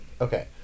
Okay